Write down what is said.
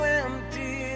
empty